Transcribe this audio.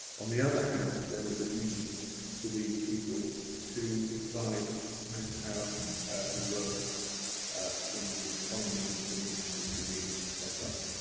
on the other hand, there was a need for these people to provide manpower and work in the colonies and dominions which were being set up.